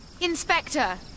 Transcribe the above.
Inspector